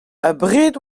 abred